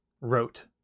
wrote